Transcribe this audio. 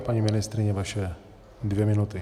Paní ministryně, vaše dvě minuty.